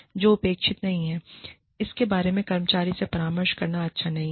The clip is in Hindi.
जो अपेक्षित नहीं है उसके बारे में कर्मचारी से परामर्श करना अच्छा नहीं है